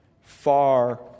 far